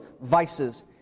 vices